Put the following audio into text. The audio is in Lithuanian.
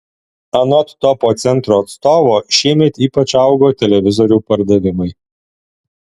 anot topo centro atstovo šiemet ypač augo televizorių pardavimai